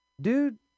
Dude